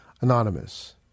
Anonymous